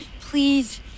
please